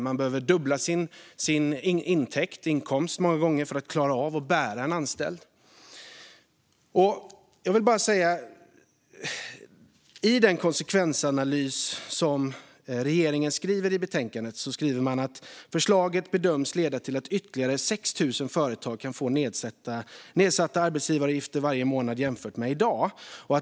Man behöver många gånger fördubbla sin intäkt, inkomst, för att klara av att bära kostnaderna för en anställd. I betänkandet framgår följande om den konsekvensanalys som regeringen gör enligt propositionen: "Förslaget bedöms leda till att ytterligare 6 000 företag kan få nedsatta arbetsgivaravgifter varje månad jämfört med i dag.